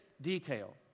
detail